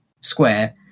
Square